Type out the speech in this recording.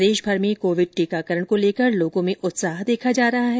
प्रदेशभर में कोविड टीकाकरण को लेकर लोगों में उत्साह देखा जा रहा है